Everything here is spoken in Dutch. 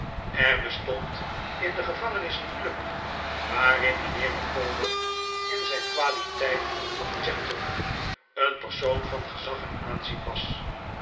er bestond in de gevangenis een club waarin mijnheer micawber in zijn kwaliteit van gentleman een persoon van gezag en aanzien was